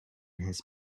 his